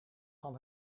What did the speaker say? van